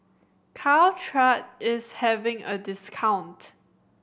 Caltrate is having a discount